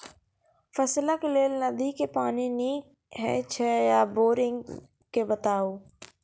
फसलक लेल नदी के पानि नीक हे छै या बोरिंग के बताऊ?